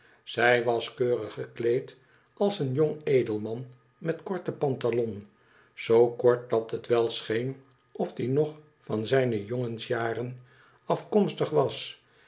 zij was keurig gekleed als een jong edelman met korte pantalon z kort dat het wel scheen of die nog van zijne jongensjaren afkomstig was